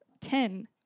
Ten